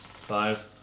Five